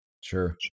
Sure